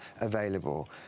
available